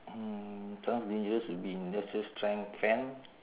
mm sounds dangerous would be industrial strength fan